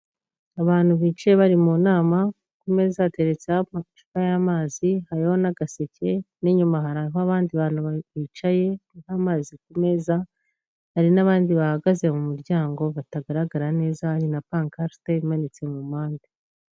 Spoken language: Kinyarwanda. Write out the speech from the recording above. Abantu bicaye bari mu nama, ku meza hateretseho amacupa y'amazi, hariho n'agaseke n'inyuma hariho abandi bantu babiri bicaye n'amazi ku meza, hari n'abandi bahagaze mu muryango batagaragara neza hari na pankarite imanitse mu mpande.